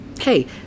Hey